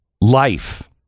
life